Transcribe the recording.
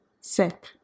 sick